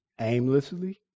aimlessly